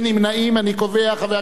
חבר הכנסת טלב אלסאנע,